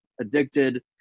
addicted